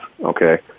okay